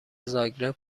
زاگرب